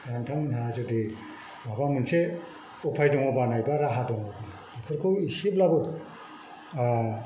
नोंथांमोनहा जुदि माबा मोनसे उपाय दङबा नायबा राहा दं बेफोरखौ एसेब्लाबो